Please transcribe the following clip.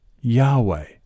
Yahweh